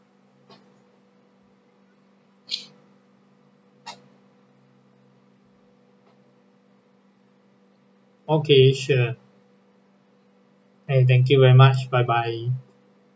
okay sure and thank you very much bye bye